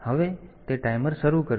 તેથી હવે તે ટાઈમર શરૂ કરશે